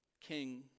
king